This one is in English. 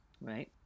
right